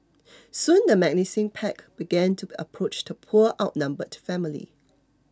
soon the menacing pack began to approach the poor outnumbered family